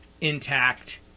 intact